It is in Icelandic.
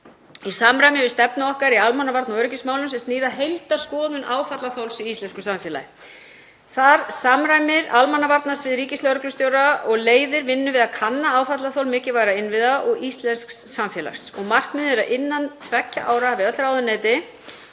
í samræmi við stefnu okkar í almannavarna- og öryggismálum sem snýr að heildarskoðun áfallaþols í íslensku samfélagi. Þar samræmir almannavarnasvið ríkislögreglustjóra og leiðir vinnu við að kanna áfallaþol mikilvægra innviða og íslensks samfélags. Markmiðið er að innan tveggja ára hafi öll ráðuneyti